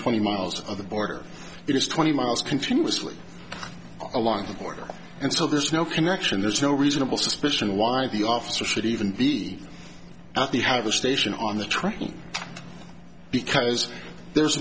twenty miles of the border it is twenty miles continuously along the border and so there's no connection there's no reasonable suspicion why the officer should even be that they have the station on the train because there's